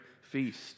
feast